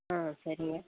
ஆ சரிங்க